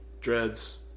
dreads